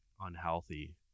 unhealthy